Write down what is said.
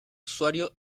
usuario